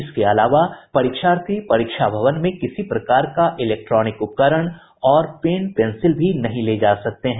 इसके अलावा परीक्षार्थी परीक्षा भवन में किसी प्रकार का इलेक्ट्रॉनिक उपकरण और पेन पेंसिल भी नहीं ले जा सकते हैं